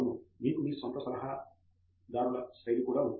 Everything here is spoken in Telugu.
దేశ్పాండే అవును మీకు మీ స్వంత మరియు సలహాదారుల శైలి కూడా ఉంది